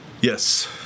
Yes